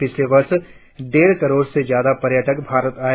पिछले वर्ष डेढ़ करोड़ से ज्यादा पर्यटक भारत आए